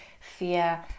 fear